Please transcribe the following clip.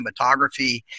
cinematography